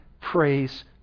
praise